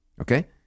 Okay